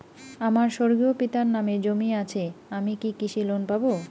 আমার স্বর্গীয় পিতার নামে জমি আছে আমি কি কৃষি লোন পাব?